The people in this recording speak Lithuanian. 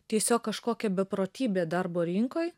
tiesiog kažkokia beprotybė darbo rinkoj